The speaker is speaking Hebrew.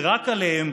ורק עליהם,